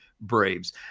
BRAVES